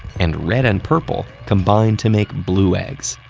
and red and purple combine to make blue eggs.